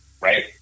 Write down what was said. right